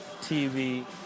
TV